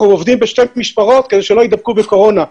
אנחנו עובדים בשתי משמרות כדי שלא ידבקו בקורונה.